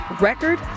record